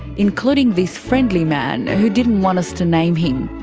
including this friendly man who didn't want us to name him.